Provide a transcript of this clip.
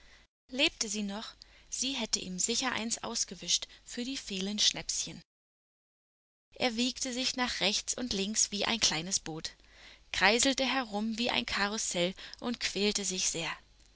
lebte sie noch sie hätte ihm sicher eins ausgewischt für die vielen schnäpschen er wiegte sich nach rechts und links wie ein kleines boot kreiselte herum wie eine karussell und quälte sich sehr